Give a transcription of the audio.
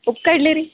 ಉಪ್ಪು ಕಡ್ಲೆ ರೀ